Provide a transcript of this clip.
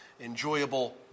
enjoyable